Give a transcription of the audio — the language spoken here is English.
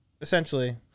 essentially